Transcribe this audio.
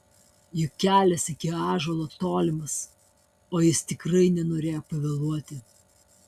juk kelias iki ąžuolo tolimas o jis tikrai nenorėjo pavėluoti